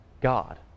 God